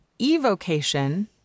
evocation